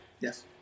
Yes